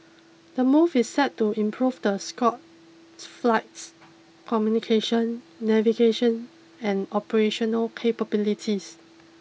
the move is set to improve the Scoot's flight's communication navigation and operational capabilities